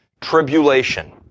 tribulation